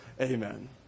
Amen